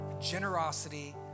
generosity